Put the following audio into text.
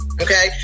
Okay